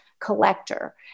collector